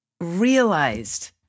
realized